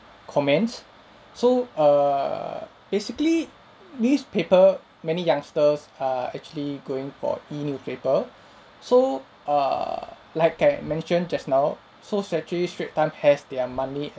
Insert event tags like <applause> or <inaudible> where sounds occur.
comments so err basically newspaper many youngsters are actually going for e-newspaper <breath> so err like I mentioned just now so s~ actually strait time has their money a~